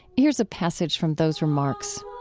here's a passage from those remarks